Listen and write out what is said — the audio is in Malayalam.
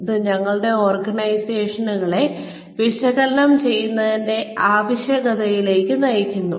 ഇത് ഞങ്ങളുടെ ഓർഗനൈസേഷനുകളെ വിശകലനം ചെയ്യേണ്ടതിന്റെ ആവശ്യകതയിലേക്ക് നയിക്കുന്നു